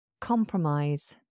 Compromise